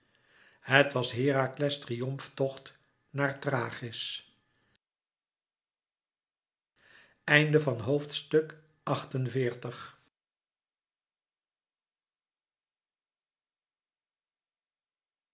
het was herakles triomftocht naar thrachis